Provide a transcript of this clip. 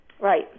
Right